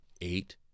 Eight